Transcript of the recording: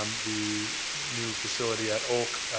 um the new facility at oak,